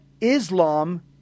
Islam